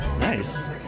Nice